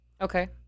Okay